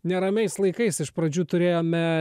neramiais laikais iš pradžių turėjome